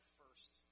first